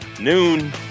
Noon